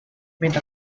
made